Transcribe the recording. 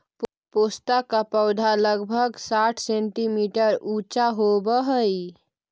पोस्ता का पौधा लगभग साठ सेंटीमीटर ऊंचा होवअ हई